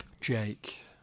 Jake